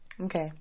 Okay